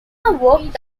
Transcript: worked